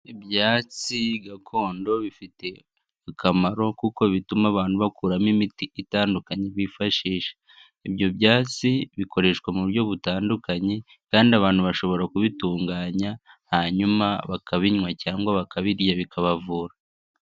Ibyatsi gakondo bifite akamaro, kuko bituma abantu bakuramo imiti itandukanye bifashisha, ibyo byatsi bikoreshwa mu buryo butandukanye, kandi abantu bashobora kubitunganya hanyuma bakabinywa cyangwa bakabirya bikabavura.